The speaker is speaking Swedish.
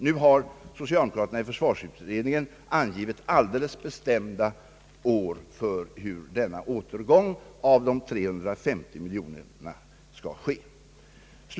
Nu har socialdemokraterna i försvarsutredningen angivit alldeles bestämda år för återgången av de 350 miljoner kronorna.